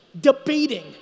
debating